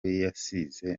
yasize